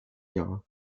jahr